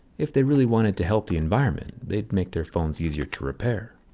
if they really wanted to help the environment they'd make their phones easier to repair.